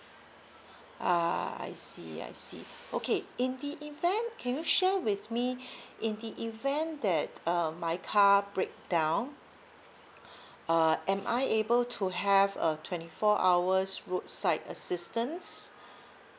ah I see I see okay in the event can you share with me in the event that um my car break down uh am I able to have a twenty four hours roadside assistance